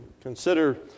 consider